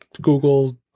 Google